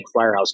Firehouse